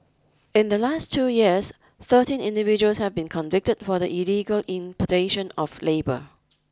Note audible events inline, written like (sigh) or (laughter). in the last two years thirteen individuals have been convicted for the illegal importation of labour (noise)